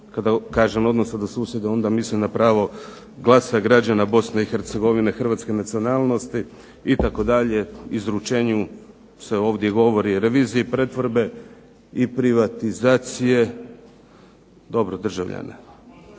Kada kažem odnosa do susjeda onda mislim na pravo glasa građana Bosne i Hercegovine hrvatske nacionalnosti itd. O izručenju se ovdje govori, reviziji pretvorbe i privatizacije. Dobro, državljana.